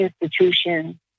institution